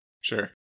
sure